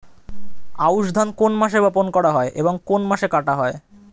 আউস ধান কোন মাসে বপন করা হয় ও কোন মাসে কাটা হয়?